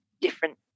different